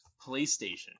playstation